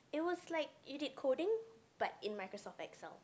it was like you did coding but in Microsoft Excel